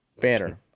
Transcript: Banner